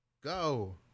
Go